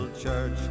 church